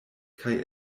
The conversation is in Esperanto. kaj